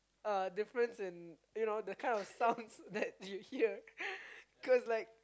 uh difference in you know the kind of sounds that you hear